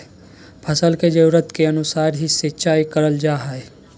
फसल के जरुरत के अनुसार ही सिंचाई करल जा हय